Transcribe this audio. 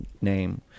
name